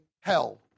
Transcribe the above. hell